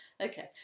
Okay